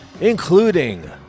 including